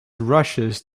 rushes